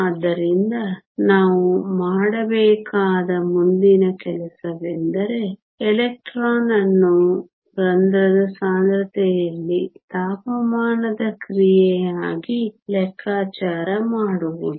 ಆದ್ದರಿಂದ ನಾವು ಮಾಡಬೇಕಾದ ಮುಂದಿನ ಕೆಲಸವೆಂದರೆ ಎಲೆಕ್ಟ್ರಾನ್ ಅನ್ನು ರಂಧ್ರದ ಸಾಂದ್ರತೆಯಲ್ಲಿ ತಾಪಮಾನದ ಕ್ರಿಯೆಯಾಗಿ ಲೆಕ್ಕಾಚಾರ ಮಾಡುವುದು